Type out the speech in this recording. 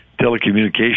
telecommunications